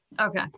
Okay